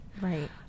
right